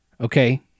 okay